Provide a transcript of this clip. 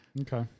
Okay